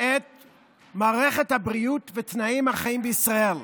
את מערכת הבריאות ותנאי החיים בישראל.